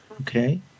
Okay